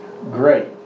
great